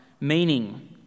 meaning